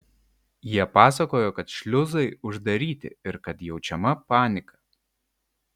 jie pasakojo kad šliuzai uždaryti ir kad jaučiama panika